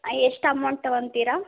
ಎಷ್ಟು ಅಮೌಂಟ್ ತೊಗೊತೀರಾ